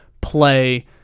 play